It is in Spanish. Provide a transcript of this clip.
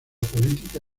política